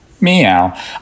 Meow